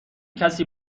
کسی